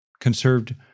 conserved